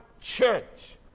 church